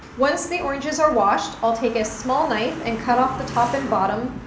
once the oranges are washed, i'll take a small knife and cut off the top and bottom,